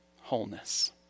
Wholeness